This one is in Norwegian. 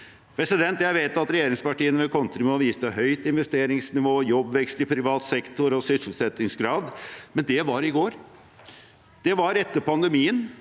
borte. Jeg vet at regjeringspartiene vil kontre med å vise til høyt investeringsnivå, jobbvekst i privat sektor og sysselsettingsgrad, men det var i går. Det var etter pandemien,